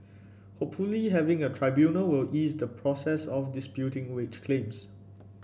hopefully having a tribunal will ease the process of disputing wage claims